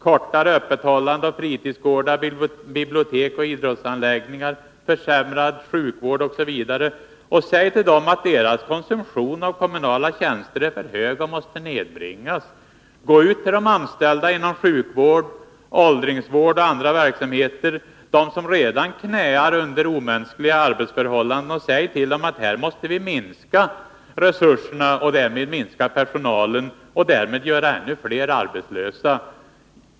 kortare öppethållande av fritidsgårdar, bibliotek och idrottsanläggningar, försämrad sjukvård osv. — och säg till dem att deras konsumtion av kommunala tjänster är för hög och måste nedbringas. Gå ut till de anställda inom sjukvården, åldringsvården och andra områden — där människorna redan knäar under omänskliga arbetsförhållanden — och säg att resurserna måste minskas, varför det också blir nödvändigt med en minskning när det gäller personalen och därmed en ökning av antalet arbetslösa.